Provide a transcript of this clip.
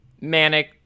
manic